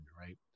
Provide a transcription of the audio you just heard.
right